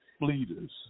leaders